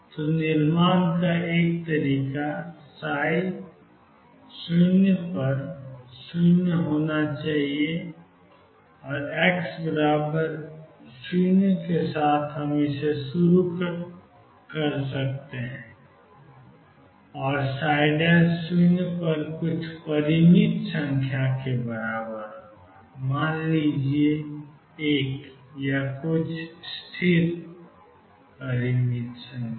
तो निर्माण का एक तरीका 00 पर x0 के साथ शुरू किया जा सकता है और कुछ परिमित संख्या के बराबर है मान लीजिए 1 या कुछ स्थिर है